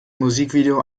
musikvideo